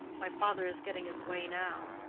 my father is getting his way now.